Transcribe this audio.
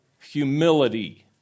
humility